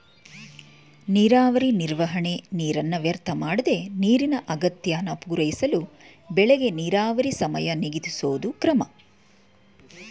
ನೀರಾವರಿ ನಿರ್ವಹಣೆ ನೀರನ್ನ ವ್ಯರ್ಥಮಾಡ್ದೆ ನೀರಿನ ಅಗತ್ಯನ ಪೂರೈಸಳು ಬೆಳೆಗೆ ನೀರಾವರಿ ಸಮಯ ನಿಗದಿಸೋದು ಕ್ರಮ